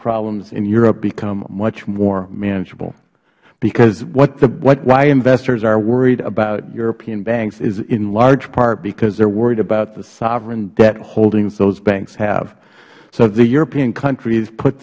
problems in europe become much more manageable because why investors are worried about european banks is in large part because they are worried about the sovereign debt holdings those banks have so if the european countries put